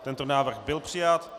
Tento návrh byl přijat.